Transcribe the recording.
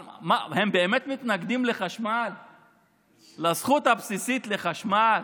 הם באמת מתנגדים לזכות הבסיסית לחשמל?